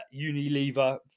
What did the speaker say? Unilever